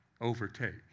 Overtake